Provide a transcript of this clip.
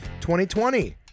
2020